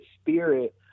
spirit